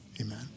amen